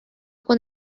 con